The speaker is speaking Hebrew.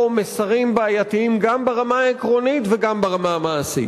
מסרים בעייתיים גם ברמה העקרונית וגם ברמה המעשית.